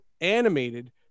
animated